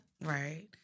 Right